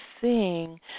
seeing